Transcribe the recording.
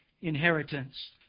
inheritance